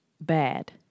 bad